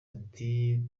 ati